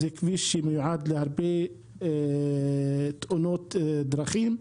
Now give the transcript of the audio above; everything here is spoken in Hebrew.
זה כביש שמועד להרבה תאונות דרכים,